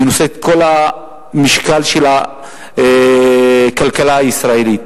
היא נושאת את כל המשקל של הכלכלה הישראלית,